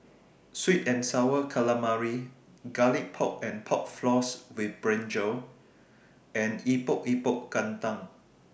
Sweet and Sour Calamari Garlic Pork and Pork Floss with Brinjal and Epok Epok Kentang